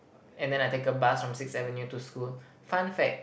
and then I take a bus from Sixth Avenue to school fun fact